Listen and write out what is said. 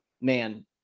man